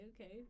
okay